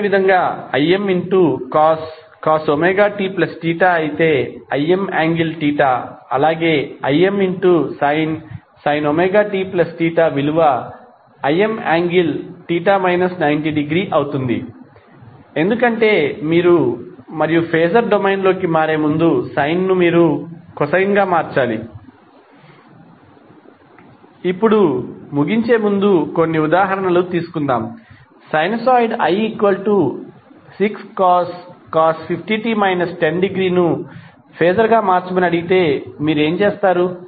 అదేవిధంగా Imcos ωtθ అయితే Im∠θ అలాగే Imsin ωtθ విలువ Im∠ θ 90 ° అవుతుంది ఎందుకంటే మీరు మరియు ఫేజర్ డొమైన్ లోకి మారే ముందు సైన్ ను మీరు కొసైన్ గా మార్చాలి ఇప్పుడు ముగించే ముందు కొన్ని ఉదాహరణలు తీసుకుందాం సైనూసోయిడ్ i6cos 50t 10°ను ఫేజర్ గా మార్చమని అడిగితే మీరు ఏమి చేస్తారు